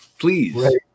Please